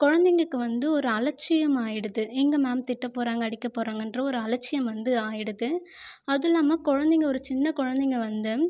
குழந்தைகளுக்கு வந்து ஒரு அலட்சியமாயிடுது எங்கே மேம் திட்ட போறாங்கள் அடிக்க போகிறாங்கன்ற ஒரு அலட்சியம் வந்து ஆயிடுது அதுவும் இல்லாமல் குழந்தைங்க ஒரு சின்ன குழந்தைங்க வந்து